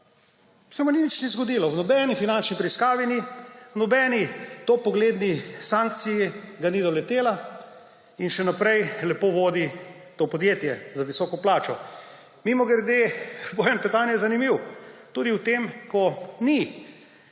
se mu ni nič zgodilo. V nobeni finančni preiskavi ni, nobena topogledna sankcija ga ni doletela in še naprej lepo vodi to podjetje za visoko plačo. Mimogrede, Bojan Petan je zanimiv tudi v tem, ko ni